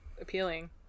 appealing